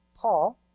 Paul